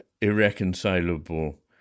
irreconcilable